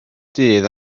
dydd